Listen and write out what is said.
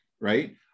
right